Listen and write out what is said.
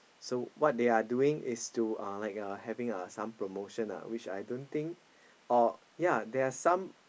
so what they are doing is to uh like uh having uh some promotion ah which I don't think or yea there are some